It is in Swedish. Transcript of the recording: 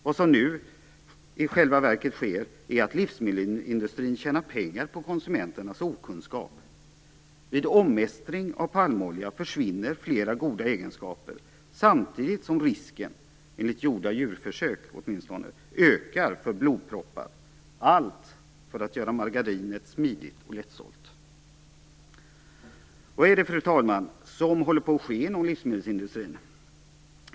Vad som nu i själva verket sker är att livsmedelsindustrin tjänar pengar på konsumenternas okunskap. Vid omestring av palmolja försvinner flera goda egenskaper, samtidigt som risken för blodproppar ökar, åtminstone enligt gjorda djurförsök. Allt för att göra margarinet smidigt och lättsålt. Vad är det, fru talman, som håller på att ske inom livsmedelsindustrin?